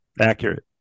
Accurate